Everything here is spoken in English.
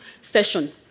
session